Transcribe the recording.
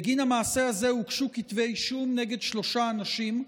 בגין המעשה הזה הוגשו כתבי אישום נגד שלושה אנשים,